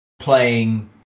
playing